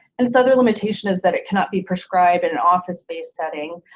and its other limitation is that it cannot be prescribed and in office based setting,